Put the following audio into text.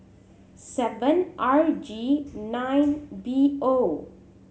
seven R G nine B O